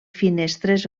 finestres